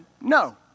No